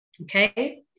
okay